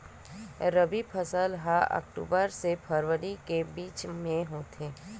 रबी फसल हा अक्टूबर से फ़रवरी के बिच में होथे